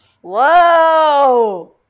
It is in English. Whoa